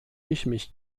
mich